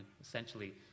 essentially